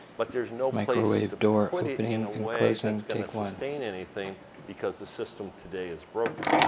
but there's no place to put it in a way that's gonna sustain anything because the system today is broken.